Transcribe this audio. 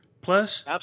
Plus